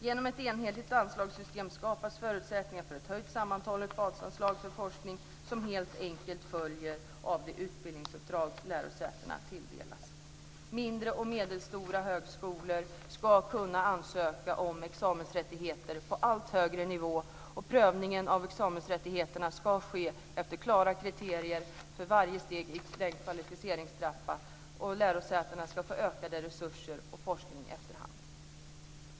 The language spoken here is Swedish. Genom ett enhetligt anslagssystem skapas förutsättningar för ett höjt sammanhållet basanslag för forskning, som helt enkelt följer av det utbildningsuppdrag som lärosätena tilldelas. Mindre och medelstora högskolor ska kunna ansöka om examensrättigheter på allt högre nivå, och prövningen av examensrättigheterna ska ske efter klara kriterier och för varje steg i kvalificeringstrappan. Lärosätena ska få ökade resurser för forskning efterhand.